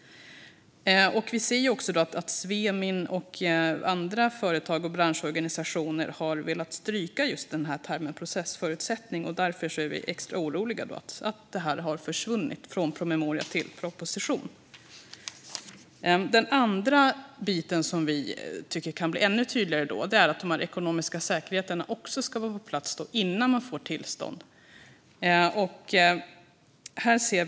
Vi ser också att Svemin och andra företag och branschorganisationer har velat stryka just termen processförutsättning. Därför är vi extra oroliga över att den har försvunnit från promemoria till proposition. Den andra biten som vi tycker kan bli ännu tydligare är att de ekonomiska säkerheterna också ska vara på plats innan man får tillståndet.